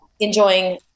enjoying